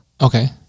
Okay